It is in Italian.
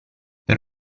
per